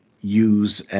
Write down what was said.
use